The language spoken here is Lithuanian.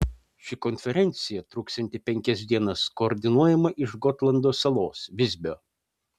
ši konferencija truksianti penkias dienas koordinuojama iš gotlando salos visbio